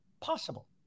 Possible